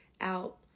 out